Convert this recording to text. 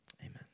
amen